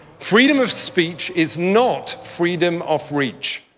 freedom of speech is not freedom of reach.